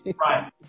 Right